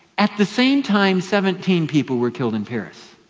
at the same time seventeen people were killed in paris.